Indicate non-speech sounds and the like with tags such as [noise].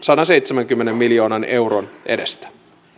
[unintelligible] sadanseitsemänkymmenen miljoonan euron edestä